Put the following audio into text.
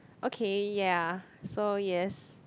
okay ya so yes